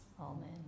Amen